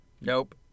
Nope